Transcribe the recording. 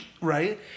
right